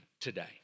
today